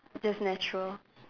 just natural